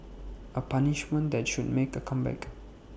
A punishment that should make A comeback